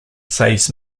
saves